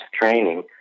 training